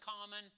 common